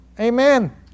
amen